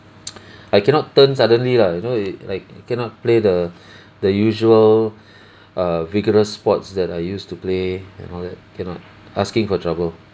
I cannot turn suddenly lah you know it like you cannot play the the usual uh vigorous sports that I used to play and all that cannot asking for trouble